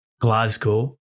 Glasgow